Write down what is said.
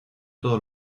todos